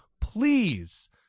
please